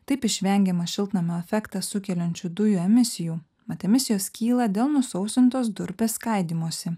taip išvengiama šiltnamio efektą sukeliančių dujų emisijų mat emisijos kyla dėl nusausintos durpės skaidymąsi